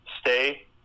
stay